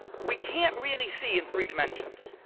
we can't really see in three dimensions.